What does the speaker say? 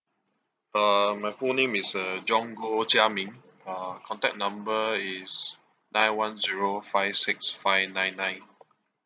uh my full name is uh john goh chia ming uh contact number is nine one zero five six five nine nine